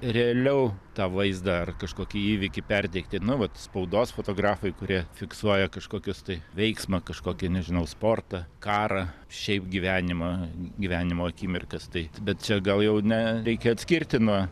realiau tą vaizdą ar kažkokį įvykį perteikti nu vat spaudos fotografai kurie fiksuoja kažkokius tai veiksmą kažkokį nežinau sportą karą šiaip gyvenimą gyvenimo akimirkas tai bet čia gal jau ne reikia atskirti nuo